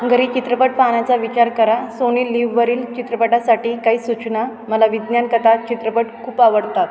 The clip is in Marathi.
घरी चित्रपट पाहण्याचा विचार करा सोनीलिव्हवरील चित्रपटासाठी काही सूचना मला विज्ञानकथा चित्रपट खूप आवडतात